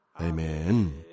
Amen